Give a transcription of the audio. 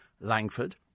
Langford